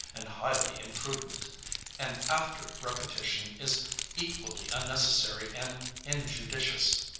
and highly imprudent an after repetition is equally unnecessary and injudicious.